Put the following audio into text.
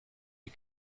you